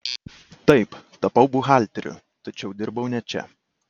taip tapau buhalteriu tačiau dirbau ne čia